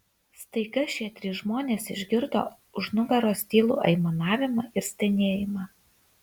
staiga šie trys žmonės išgirdo už nugaros tylų aimanavimą ir stenėjimą